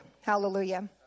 Hallelujah